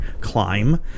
climb